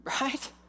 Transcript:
right